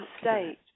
state